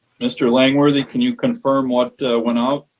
mr. langworthy, can you confirm what went out?